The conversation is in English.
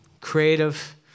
creative